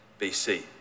BC